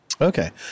Okay